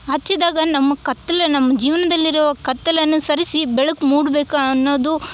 ಹಚ್ಚಿದಾಗ ನಮ್ಮ ಕತ್ಲೆ ನಮ್ಮ ಜೀವನ್ದಲ್ಲಿರೋ ಕತ್ತಲೆಯನ್ನ ಸರಿಸಿ ಬೆಳಕು ಮೂಡ್ಬೇಕು ಅನ್ನೋದು